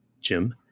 Jim